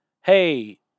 hey